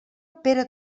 pere